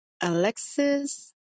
Alexis